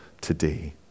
today